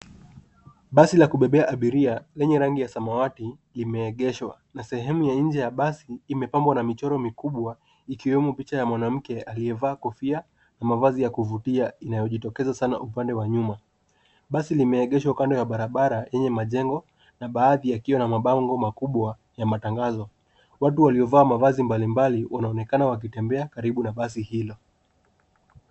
Basi la kubebea abiria lenye rangi ya samawati limeegeshwa, na Sehemu ya nje ya basi imepambwa na michoro mikubwa ikiwemo picha ya mwanamke aliyevaa kofia na mavazi ya kuvutia inayojitokeza sana upande wa nyuma. Basi limeegeshwa kando ya barabara yenye majengo, baadhi yakiwa na mabango makubwa ya matangazo. Watu waliovaa mavazi mbalimbali wanaonekana wakitembea karibu na basi hilo.